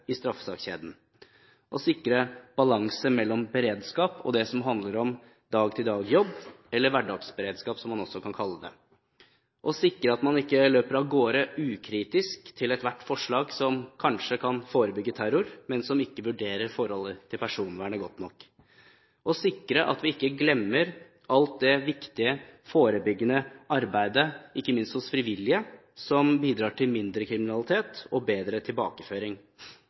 i straffesakskjeden, sikre balanse mellom beredskap og det som handler om dag-til-dag-jobb, eller hverdagsberedskap, som man også kan kalle det, sikre at man ikke løper av gårde ukritisk til ethvert forslag som kanskje kan forebygge terror, men som ikke vurderer forholdet til personvernet godt nok og sikre at vi ikke glemmer alt det viktige forebyggende arbeidet – ikke minst hos frivillige – som bidrar til mindre kriminalitet og bedre tilbakeføring.